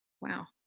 Wow